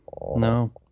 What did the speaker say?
no